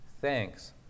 thanks